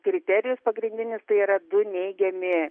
ir kriterijus pagrindinis tai yra du neigiami